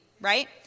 right